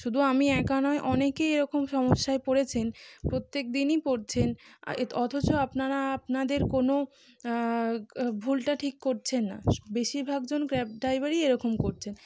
শুধু আমি একা নয় অনেকেই এরকম সমস্যায় পড়েছেন প্রত্যেক দিনই পড়ছেন এ অথচ আপনারা আপনাদের কোনও ভুলটা ঠিক করছেন না বেশিরভাগ জন ক্যাব ড্রাইভারই এরকম করছেন